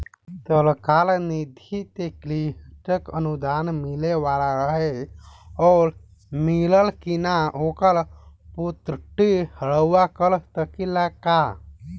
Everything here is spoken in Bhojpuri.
सरकार निधि से कृषक अनुदान मिले वाला रहे और मिलल कि ना ओकर पुष्टि रउवा कर सकी ला का?